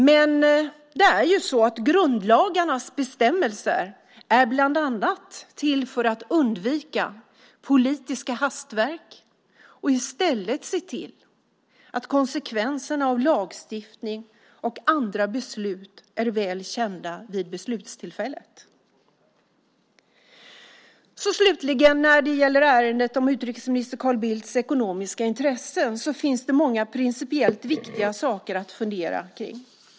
Men grundlagarnas bestämmelser är bland annat till för att undvika politiska hastverk. De ska i stället se till att konsekvenserna av lagstiftning och andra beslut är väl kända vid beslutstillfället. Slutligen: När det gäller ärendet om utrikesminister Carl Bildts ekonomiska intressen finns det många principiellt viktiga saker att fundera på.